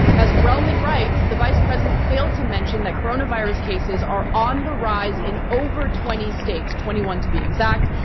as roman writes, the vice president failed to mention that coronavirus cases are on the rise in over twenty states, twenty one to be exact.